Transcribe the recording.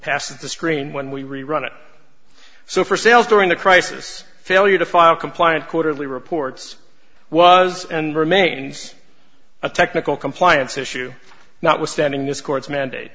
passes the screen when we rerun it so for sales during the crisis failure to file compliant quarterly reports was and remains a technical compliance issue notwithstanding this court's mandate